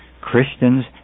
Christians